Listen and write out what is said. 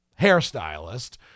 hairstylist